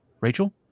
Rachel